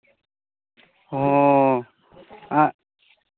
ᱦᱚᱸ ᱟᱨ